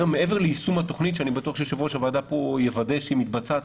מעבר ליישום התכנית שאני בטוח שיושב ראש הוועדה יוודא שהיא מתבצעת,